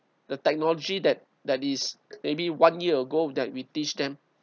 the technology that that is maybe one year ago that we teach them